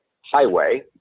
highway